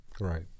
Right